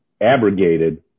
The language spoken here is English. abrogated